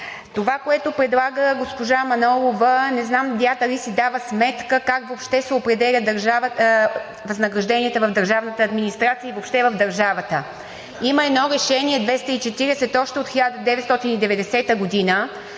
Това, което предлага госпожа Манолова, не знам тя дали си дава сметка как въобще се определят възнагражденията в държавната администрация и въобще в държавата. Има едно Решение № 240 още от 1990 г.,